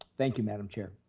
thank you, madam chair.